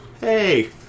Hey